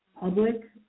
public